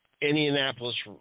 Indianapolis